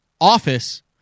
office